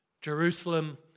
Jerusalem